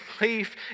belief